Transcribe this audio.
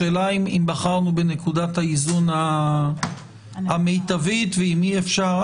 השאלה היא אם בחרנו בנקודת האיזון המיטבית ואם אי אפשר,